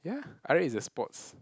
ya R-eight is a sports